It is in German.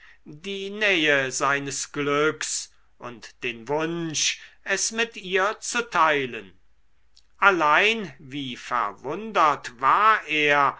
die nähe seines glücks und den wunsch es mit ihr zu teilen allein wie verwundert war er